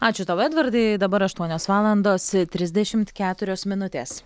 ačiū tau edvardai dabar aštuonios valandos trisdešimt keturios minutės